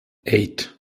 eight